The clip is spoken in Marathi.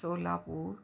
सोलापूर